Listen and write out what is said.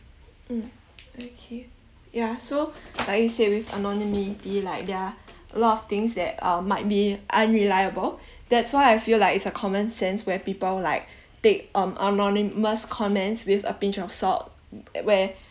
mm okay yeah so like you said with anonymity like there are a lot of things that uh might be unreliable that's why I feel like it's a common sense where people like take um anonymous comments with a pinch of salt where